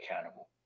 accountable